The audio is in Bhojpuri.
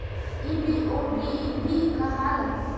ई बी.ओ.बी भी कहाला